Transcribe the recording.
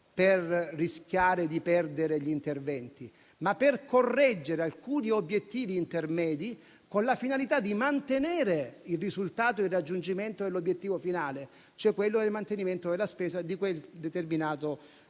per rischiare di perdere gli interventi, ma per correggere alcuni obiettivi intermedi, con la finalità di mantenere il risultato e il raggiungimento dell'obiettivo finale, ossia il mantenimento della spesa di quel determinato obiettivo.